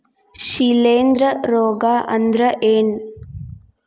ಶಿಲೇಂಧ್ರ ರೋಗಾ ಅಂದ್ರ ಏನ್?